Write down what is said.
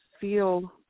feel